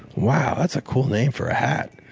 wow, that's a cool name for a hat.